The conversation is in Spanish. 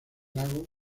lago